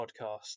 Podcast